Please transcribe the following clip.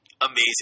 amazing